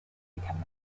become